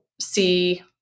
see